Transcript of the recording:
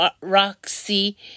Roxy